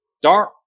Dark